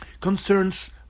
concerns